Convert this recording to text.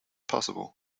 possible